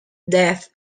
death